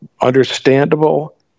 understandable